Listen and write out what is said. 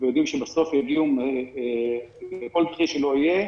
ויודעים שבסוף יגיעו, לכל מקרה שכל יהיה